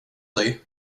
dig